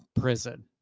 prison